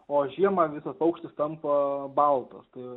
o žiemą visas paukštis tampa baltas tai